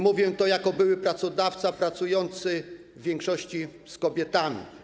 Mówię to jako były pracodawca pracujący w większości z kobietami.